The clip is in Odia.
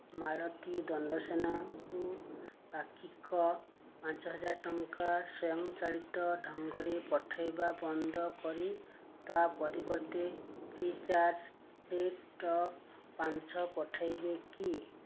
ମାଳତୀ ଦଣ୍ଡସେନାଙ୍କୁ ପାକ୍ଷିକ ପାଞ୍ଚ ହଜାର ଟଙ୍କା ସ୍ୱୟଂଚାଳିତ ଢଙ୍ଗରେ ପଠାଇବା ବନ୍ଦ କରି ତା' ପରିବର୍ତ୍ତେ ଫ୍ରି'ଚାର୍ଜ୍ରେ ଟ ପାଞ୍ଚ ପଠାଇବେ କି